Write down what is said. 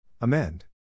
Amend